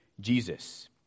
Jesus